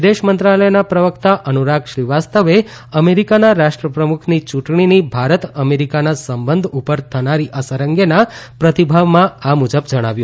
વિદેશ મંત્રાલયના પ્રવક્તા અનુરાગ શ્રીવાસ્તવે અમેરિકાના રાષ્ટ્રપ્રમુખની ચૂંટણીની ભારત અમેરિકાના સંબંધ ઉપર થનારી અસર અંગેના પ્રતિભાવમાં આ મુજબ જણાવ્યું હતું